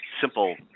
simple